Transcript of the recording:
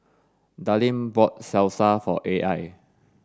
Darleen bought Salsa for Al